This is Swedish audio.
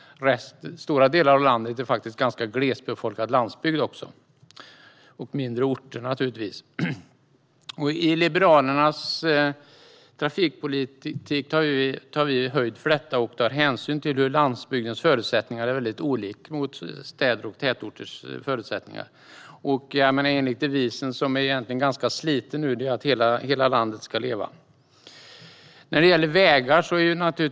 Stora delar av landet utgörs av ganska glesbefolkad landsbygd och mindre orter. I Liberalernas trafikpolitik tar vi höjd för detta och tar hänsyn till landsbygdens förutsättningar, som är väldigt annorlunda än städers och tätorters förutsättningar, enligt devisen, som är ganska sliten nu, hela landet ska leva.